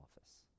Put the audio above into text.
office